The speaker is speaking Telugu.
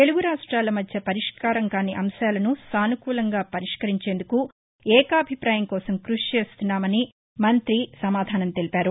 తెలుగు రాష్టాల మధ్య పరిష్కారం కాని అంశాలను సానుకూలంగా పరిష్కరించేందుకు ఏకాభిపాయం కోసం కృషి చేస్తున్నామని నిత్యానందరాయ్ సమాధానం ఇచ్చారు